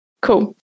Cool